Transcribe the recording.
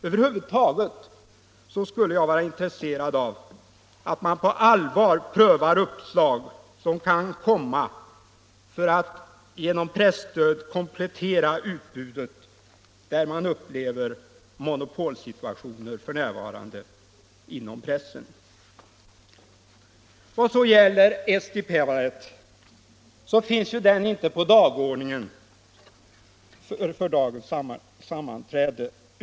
Över huvud taget skulle jag vara intresserad av att vi på allvar prövar uppslag som kan komma för att genom presstöd komplettera utbudet där man f. n. upplever monopolsituationer inom pressen. Eesti Päevaleht finns ju inte på dagordningen för dagens sammanträde.